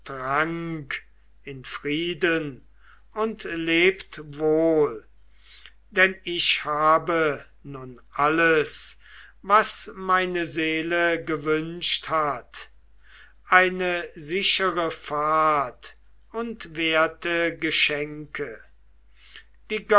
in frieden und lebt wohl denn ich habe nun alles was meine seele gewünscht hat eine sichere fahrt und werte geschenke die